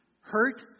hurt